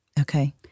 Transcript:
Okay